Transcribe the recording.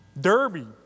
Derby